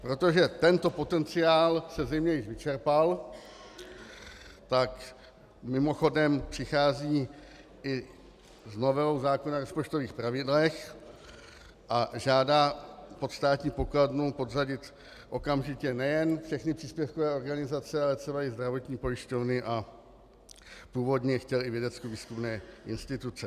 Protože tento potenciál se zřejmě již vyčerpal, tak mimochodem přichází i s novelou zákona o rozpočtových pravidlech a žádá pod státní pokladnu podřadit okamžitě nejen všechny příspěvkové organizace, ale třeba i zdravotní pojišťovny a původně chtěl i vědeckovýzkumné instituce.